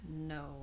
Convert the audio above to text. No